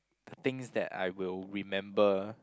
the things that I will remember